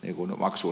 joku maksu